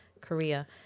Korea